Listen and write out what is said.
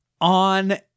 On